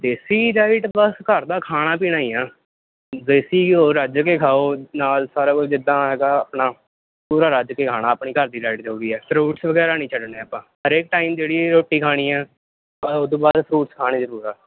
ਦੇਸੀ diet ਬਸ ਘਰ ਦਾ ਖਾਣਾ ਪੀਣਾ ਹੀ ਆ ਦੇਸੀ ਘਿਓ ਰੱਜ ਕੇ ਖਾਓ ਨਾਲ ਸਾਰਾ ਕੁਝ ਜਿੱਦਾਂ ਹੈਗਾ ਆਪਣਾ ਪੂਰਾ ਰੱਜ ਕੇ ਖਾਣਾ ਆਪਣੀ ਘਰ ਦੀ ਡਾਈਟ ਜੋ ਵੀ ਆ ਫਰੂਟਸ ਵਗੈਰਾ ਨਹੀਂ ਛੱਡਣੇ ਆਪਾਂ ਹਰੇਕ ਟਾਈਮ ਜਿਹੜੀ ਰੋਟੀ ਖਾਣੀ ਆ ਆਪਾਂ ਉਦੋਂ ਬਾਅਦ ਫਰੂਟ ਖਾਣੇ ਜ਼ਰੂਰ ਆ